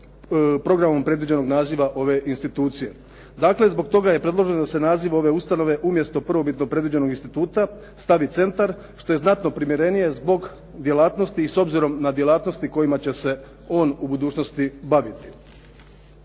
programom predviđenog naziva ove institucije. Dakle, zbog toga je predloženo da se naziv ove ustanove umjesto prvobitno predviđenog instituta stavi centar, što je znatno primjerenije zbog djelatnosti i s obzirom na djelatnosti kojima će se on u budućnosti baviti.